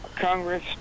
Congress